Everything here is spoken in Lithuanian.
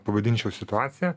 pavadinčiau situaciją